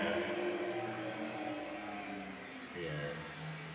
ya